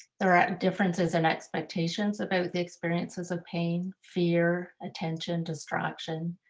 there are differences in expectations about the experiences of pain, fear, attention, distraction.